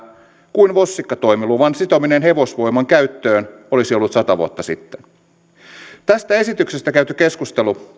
kuin vossikkatoimiluvan sitominen hevosvoiman käyttöön olisi ollut sata vuotta sitten tästä esityksestä käyty keskustelu